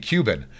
Cuban